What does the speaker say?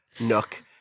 Nook